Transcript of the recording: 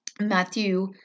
Matthew